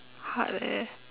hard leh